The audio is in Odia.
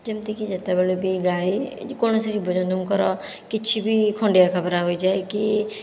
ଯେମିତିକି ଯେତେବେଳେ ବି ଗାଈ ଏଇ ଯେ କୌଣସି ଜୀବଜନ୍ତୁଙ୍କର କିଛି ବି ଖଣ୍ଡିଆ ଖାବରା ହୋଇଯାଏ କି